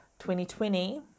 2020